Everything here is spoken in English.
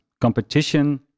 competition